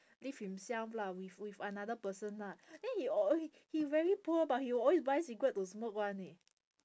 live himself lah with with another person lah then he alw~ he very poor but he always buy cigarette to smoke [one] eh